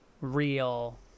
real